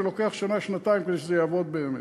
ולוקח שנה-שנתיים כדי שזה יעבוד באמת.